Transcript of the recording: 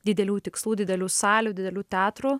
didelių tikslų didelių salių didelių teatrų